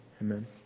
Amen